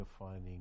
defining